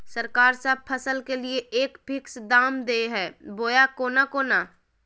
सरकार सब फसल के लिए एक फिक्स दाम दे है बोया कोनो कोनो?